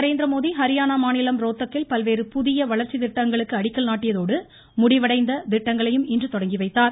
நரேந்திரமோடி ஹரியானா மாநிலம் ரோத்தக்கில் பல்வேறு புதிய வளர்ச்சி திட்டங்களுக்கு அடிக்கல் நாட்டியதோடு முடிவடைந்த திட்டங்களையும் இன்று தொடங்கி வைத்தார்